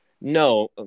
No